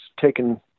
taken